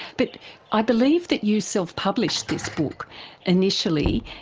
but i believe that you self-published this book initially.